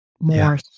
More